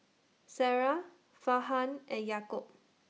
Sarah Farhan and Yaakob